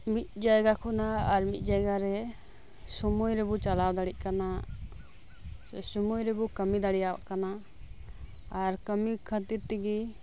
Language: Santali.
ᱢᱤᱫ ᱡᱟᱭᱜᱟ ᱠᱷᱚᱱᱟ ᱟᱨ ᱢᱤᱫ ᱡᱟᱭᱜᱟ ᱨᱮ ᱥᱳᱢᱳᱭ ᱨᱮᱵᱚ ᱪᱟᱞᱟᱣ ᱫᱟᱲᱮᱭᱟᱜ ᱠᱟᱱᱟ ᱥᱮ ᱥᱳᱢᱚᱭ ᱨᱮᱵᱚ ᱠᱟᱹᱢᱤ ᱫᱟᱲᱮᱭᱟᱜ ᱠᱟᱱᱟ ᱟᱨ ᱠᱟᱹᱢᱤ ᱠᱷᱟᱹᱛᱤᱨ ᱛᱮᱜᱮ